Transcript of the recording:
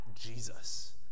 Jesus